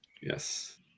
Yes